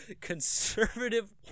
conservative